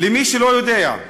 למי שלא יודע,